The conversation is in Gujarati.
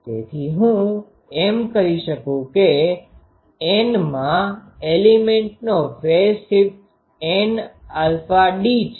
તેથી હું એમ કહી શકું છું કે n માં એલીમેન્ટનો ફેઝ શિફ્ટ nαd છે